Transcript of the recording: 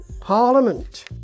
Parliament